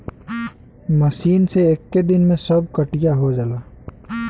machine से एक्के दिन में सब कटिया हो जाला